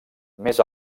més